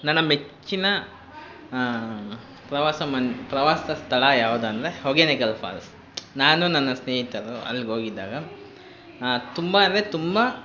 ನನ್ನ ಮೆಚ್ಚಿನ ಪ್ರವಾಸ ಮನ್ ಪ್ರವಾಸ ಸ್ಥಳ ಯಾವುದೆಂದ್ರೆ ಹೊಗೇನಕಲ್ ಫಾಲ್ಸ್ ನಾನು ನನ್ನ ಸ್ನೇಹಿತರು ಅಲ್ಲಿಗೋಗಿದ್ದಾಗ ತುಂಬ ಅಂದರೆ ತುಂಬ